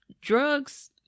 drugs